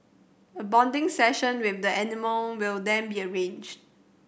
a bonding session with the animal will then be arranged